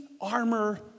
armor